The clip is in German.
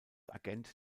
agent